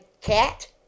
cat